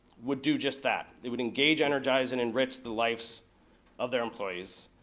would do just that. it would engage, energize, and enrich the lifes of their employees.